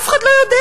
אף אחד לא יודע.